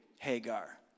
Hagar